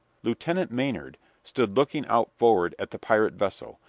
lieutenant maynard stood looking out forward at the pirate vessel,